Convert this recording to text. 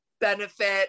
Benefit